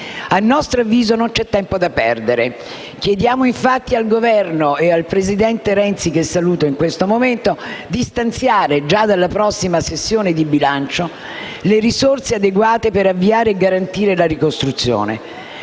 A nostro avviso non c'è tempo da perdere. Chiediamo, infatti, al Governo e al presidente Renzi - che saluto in questo momento - di stanziare, già dalla prossima sessione di bilancio, le risorse adeguate per avviare e garantire la ricostruzione.